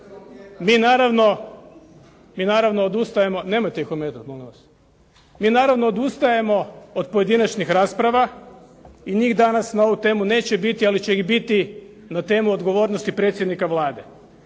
Mi naravno odustajemo od pojedinačnih rasprava i njih danas na ovu temu neće biti, ali će ih biti na temu odgovornosti predsjednika Vlade.